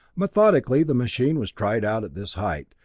methodically the machine was tried out at this height,